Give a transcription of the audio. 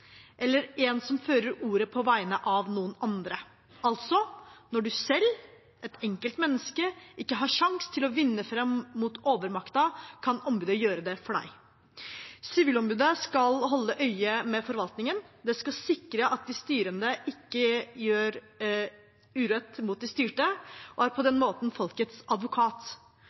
eller en som fører ordet på vegne av noen andre – altså at når du selv, et enkelt menneske, ikke har sjanse til å vinne fram mot overmakten, kan ombudet gjøre det for deg. Sivilombudet skal holde øye med forvaltningen. Det skal sikre at de styrende ikke gjør urett mot de styrte, og er på den måten folkets advokat.